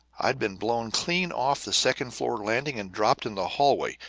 i'd been blown clean off the second-floor landing and dropped in the hallway,